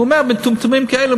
הוא אומר: מטומטמים כאלה,